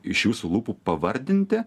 iš jūsų lūpų pavardinti